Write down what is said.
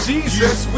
Jesus